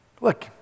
Look